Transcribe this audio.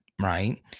right